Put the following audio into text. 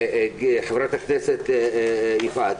חברת הכנסת יפעת,